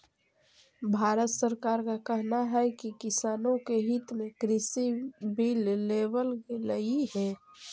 भारत सरकार का कहना है कि किसानों के हित में कृषि बिल लेवल गेलई हे